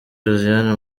josiane